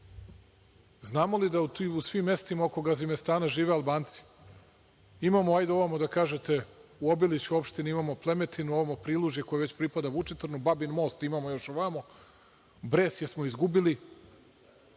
li da u svim mestima oko Gazimestana žive Albanci? Imamo, hajde ovamo, da kažete, u Obiliću, u opštini imamo Plemetinu, ovamo Prilužje, koje već pripada Vučitrnu, Babin Most imamo još ovamo. Bresje smo izgubili,